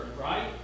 right